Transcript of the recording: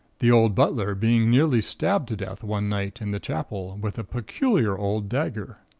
the old butler being nearly stabbed to death one night in the chapel, with a peculiar old dagger.